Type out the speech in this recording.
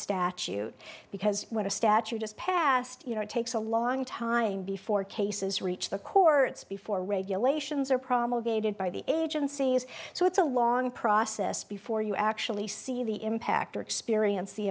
statute because when a statute is passed you know it takes a long time before cases reach the courts before regulations are promulgated by the agencies so it's a long process before you actually see the impact or experience the